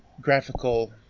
graphical